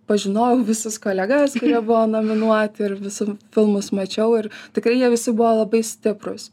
pažinojau visus kolegas kurie buvo nominuoti ir visų filmus mačiau ir tikrai jie visi buvo labai stiprūs